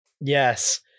Yes